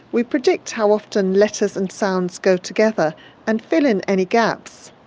we predict how often letters and sounds go together and fill in any gaps.